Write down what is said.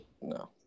No